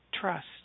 trust